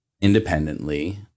independently